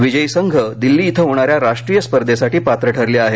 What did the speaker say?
विजयी संघ दिल्ली कें होणा या राष्ट्रीय स्पर्धेंसाठी पात्र ठरले आहेत